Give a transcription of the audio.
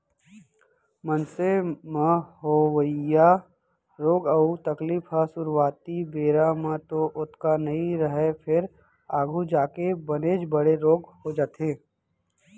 मनसे म होवइया रोग अउ तकलीफ ह सुरूवाती बेरा म तो ओतका नइ रहय फेर आघू जाके बनेच बड़े रोग हो जाथे